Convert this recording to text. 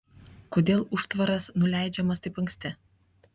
kodėl užtvaras nuleidžiamas taip anksti